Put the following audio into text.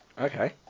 Okay